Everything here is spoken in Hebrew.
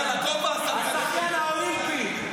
נמוך ------ שחיין אולימפי.